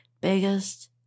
biggest